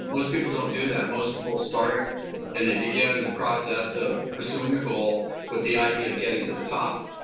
most people don't do that. most people start and they begin the process of pursuing a goal with the idea of getting to the top.